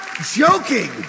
joking